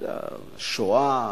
שואה,